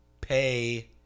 pay